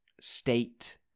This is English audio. state